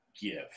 give